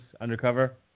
Undercover